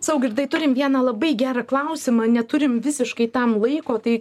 saugirdai turim vieną labai gerą klausimą neturim visiškai tam laiko tai